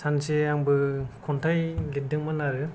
सानसे आंबो खन्थाइ लिरदोंमोन आरो